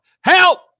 Help